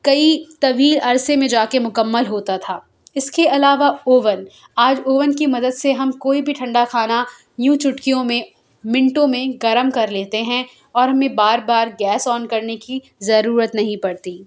کئی طویل عرصے میں جا کے مکمل ہوتا تھا اس کے علاوہ اوون آج اوون کی مدد سے ہم کوئی بھی ٹھنڈا کھانا یوں چٹکیوں میں منٹوں میں گرم کر لیتے ہیں اور ہمیں بار بار گیس آن کرنے کی ضرورت نہیں پڑتی